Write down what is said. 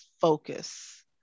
focus